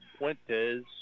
Puentes